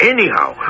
Anyhow